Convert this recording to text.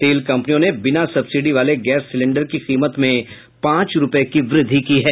तेल कंपनियों ने बिना सब्सिडी वाले गैस सिलेंडर की कीमत में पांच रूपये की वृद्धि की है